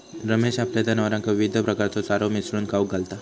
रमेश आपल्या जनावरांका विविध प्रकारचो चारो मिसळून खाऊक घालता